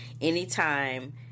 anytime